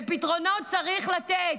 ופתרונות צריך לתת.